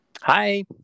Hi